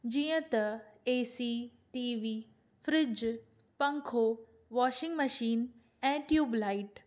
जीअं त AC TV fridge पंखो वॉशिंग मशीन ऐं ट्यूब लाइट